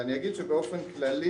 אבל אני אגיד שבאופן כללי,